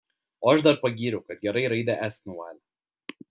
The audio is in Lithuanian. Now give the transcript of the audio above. o aš dar pagyriau kad gerai raidę s nuvalė